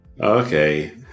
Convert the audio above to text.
Okay